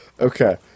Okay